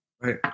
Right